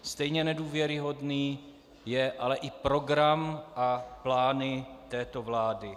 Stejně nedůvěryhodný je ale i program a plány této vlády.